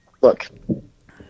Look